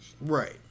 right